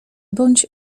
bądź